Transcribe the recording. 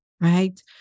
right